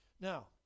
Now